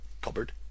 Cupboard